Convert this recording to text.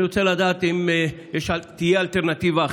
אני רוצה לדעת אם תהיה אלטרנטיבה.